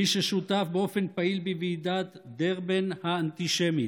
מי ששותף באופן פעיל בוועידת דרבן האנטישמית,